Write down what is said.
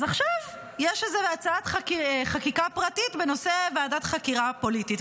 אז עכשיו יש איזו הצעת חקיקה פרטית בנושא ועדת חקירה פוליטית.